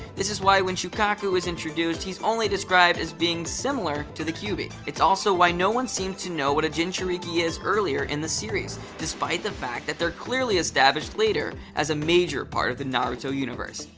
this is why when shukaku is introduced, he's only described as being similar to the kyuubi. it's also why no one seems to know what a jinchuuriki is earlier in the series, despite the fact that they're clearly established later as a major part of the naruto universe.